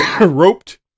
roped